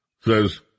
says